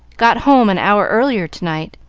got home an hour earlier to-night,